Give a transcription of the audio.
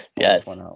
Yes